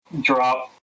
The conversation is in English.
drop